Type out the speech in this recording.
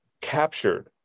captured